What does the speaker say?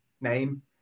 name